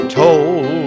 told